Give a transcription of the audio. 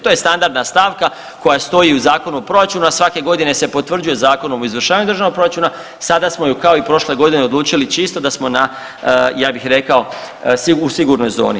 To je standardna stavka koja stoji u Zakonu o proračunu, a svake godine se potvrđuje Zakonom o izvršavanju državnog proračuna sada smo kao i prošle godine odlučili čisto da smo u sigurnoj zoni.